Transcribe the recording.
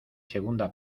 segunda